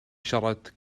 siarad